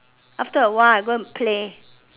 after awhile I go and play